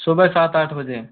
सुबह सात आठ बजे